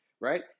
right